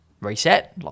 reset